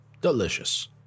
Delicious